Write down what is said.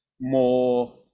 more